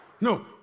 No